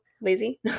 Lazy